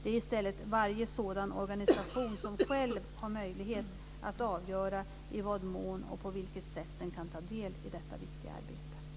Det är i stället varje sådan organisation som själv har möjlighet att avgöra i vad mån och på vilket sätt den kan ta del i detta viktiga arbete.